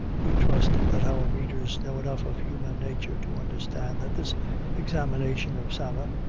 we trust that our readers know enough of human nature, to understand that this examination of sarah,